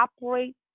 operate